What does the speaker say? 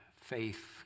faith